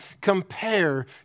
compare